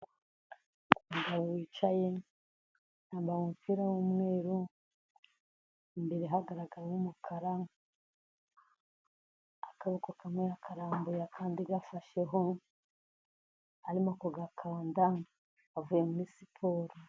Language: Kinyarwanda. Umugabo wicaye, wambaye umupira w'umweru, imbere hagaragara uw'umukara, akaboko kamwe yakarambuye, akandi agafasheho, arimo ku gakanda, avuye muri siporo.